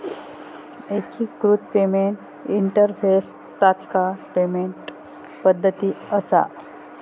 एकिकृत payment interface तात्काळ payment पद्धती असा